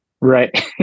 Right